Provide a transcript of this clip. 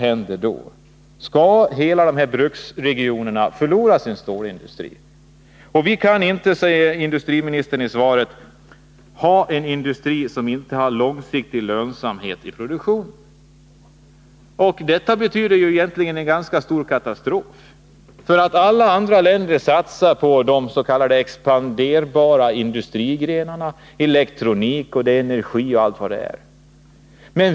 Kommer dessa bruksregioner att förlora sin stålindustri? I sitt svar säger industriministern att vi inte kan upprätthålla en produktion som inte är lönsam på lång sikt. Men det kommer att medföra en katastrof för Sverige. Alla andra länder satsar på de s.k. expanderbara industrigrenarna, elektronik, energi och mycket annat.